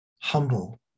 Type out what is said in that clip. humble